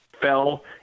fell